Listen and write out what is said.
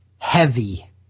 Heavy